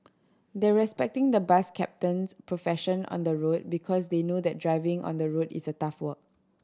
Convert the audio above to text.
they're respecting the bus captain's profession on the road because they know that driving on the road is a tough work